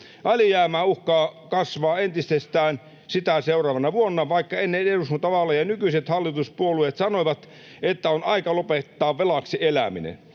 Alijäämä uhkaa kasvaa entisestään sitä seuraavana vuonna, vaikka ennen eduskuntavaaleja nykyiset hallituspuolueet sanoivat, että on aika lopettaa velaksi eläminen.